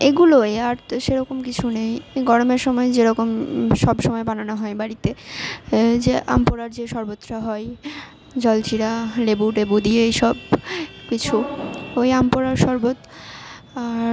এগুলোই আর তো সেরকম কিছু নেই গরমের সময় যেরকম সবসময় বানানো হয় বাড়িতে যে আম পোড়ার যে শরবতটা হয় জলজিরা লেবু টেবু দিয়ে এইসব কিছু ওই আম পোড়ার শরবত আর